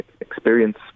experience